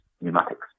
pneumatics